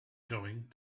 going